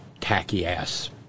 tacky-ass